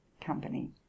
company